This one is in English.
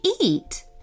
eat